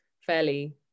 fairly